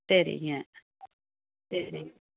சரிங்க சரி